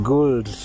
Gold